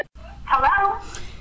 Hello